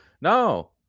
No